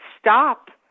stop